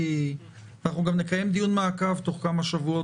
אנחנו גם נקיים דיון מעקב תוך כמה שבועות,